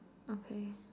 okay